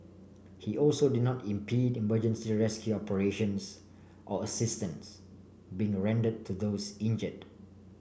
he also did not impede emergency rescue operations or assistance being rendered to those injured